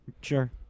Sure